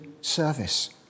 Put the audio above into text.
service